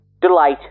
delight